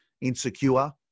insecure